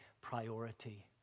priority